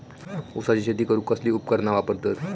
ऊसाची शेती करूक कसली उपकरणा वापरतत?